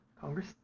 Congress